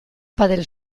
padel